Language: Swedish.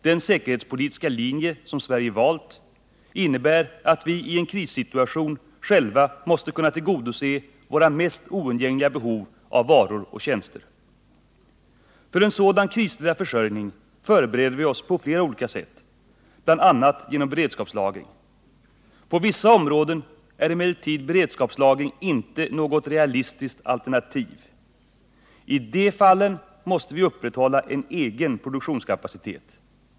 Den säkerhetspolitiska linje som Sverige valt innebär att vi i en krissituation själva måste kunna tillgodose våra mest oundgängliga behov av varor och tjänster. För en sådan kristida försörjning förbereder vi oss på flera olika sätt, bl.a. genom beredskapslagring. På vissa områden är emellertid beredskapslagring inte något realistiskt alternativ. I de fallen måste vi upprätthålla en egen produktionskapacitet.